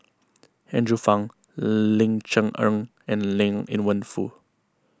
Andrew Phang Ling Cher Eng and Liang Wenfu